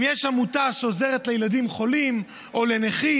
אם יש עמותה שעוזרת לילדים חולים או לנכים,